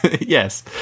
yes